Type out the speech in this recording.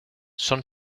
son